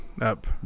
up